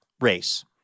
race